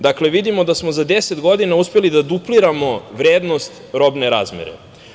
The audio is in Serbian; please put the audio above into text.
Dakle, vidimo da smo za 10 godina uspeli da dupliramo vrednost robne razmene.